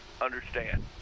understand